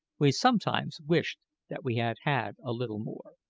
we sometimes wished that we had had a little more.